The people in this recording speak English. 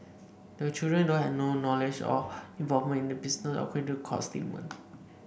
the children though had no knowledge or involvement in the business according to court statement